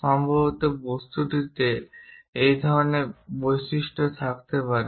সম্ভবত বস্তুটিতে এই ধরনের বৈশিষ্ট্য থাকতে পারে